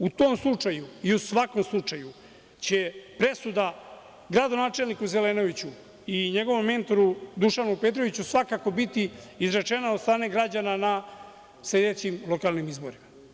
U tom slučaju i u svakom slučaju će presuda gradonačelniku Zelenoviću i njegovom mentoru Dušanu Petroviću svakako biti izrečena od strane građana na sledećim lokalnim izborima.